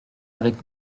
avec